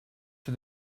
for